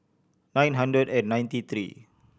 nine hundred and ninety three